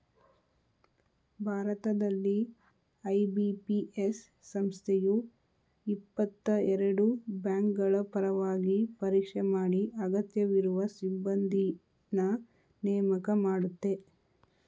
ಭಾರತದಲ್ಲಿ ಐ.ಬಿ.ಪಿ.ಎಸ್ ಸಂಸ್ಥೆಯು ಇಪ್ಪತ್ತಎರಡು ಬ್ಯಾಂಕ್ಗಳಪರವಾಗಿ ಪರೀಕ್ಷೆ ಮಾಡಿ ಅಗತ್ಯವಿರುವ ಸಿಬ್ಬಂದಿನ್ನ ನೇಮಕ ಮಾಡುತ್ತೆ